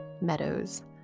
meadows